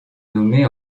nommée